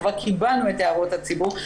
כבר קיבלנו את הערות הציבור,